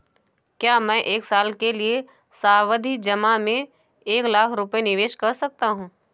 क्या मैं एक साल के लिए सावधि जमा में एक लाख रुपये निवेश कर सकता हूँ?